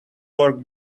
work